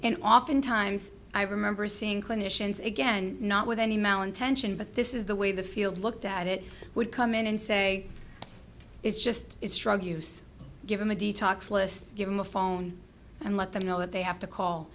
and often times i remember seeing clinicians again not with any mal intention but this is the way the field looked that it would come in and say it's just it's drug use give them a detox list give them a phone and let them know that they have to call